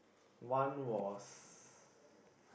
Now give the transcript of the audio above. one was